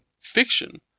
fiction